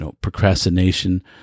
procrastination